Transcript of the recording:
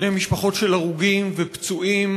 בני משפחות של הרוגים ופצועים.